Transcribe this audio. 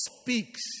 speaks